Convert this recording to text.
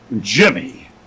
Jimmy